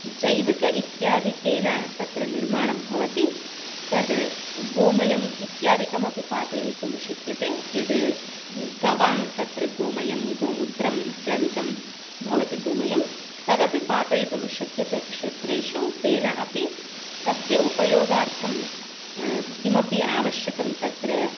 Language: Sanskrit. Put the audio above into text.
जैविकं इत्यादिकेन तत्र निर्माणं भवति तत् गोमयम् इत्यादिकमपि पातयितुं शक्यते यत् गवाम् तत्र गोमयं गोमूत्रम् इत्यादिकं भवति गोमयं तदपि पातयितुं शक्यते क्षेत्रेषु तेन अपि तस्य उपयोगार्थं किमपि आवश्यकं तत्र